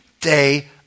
day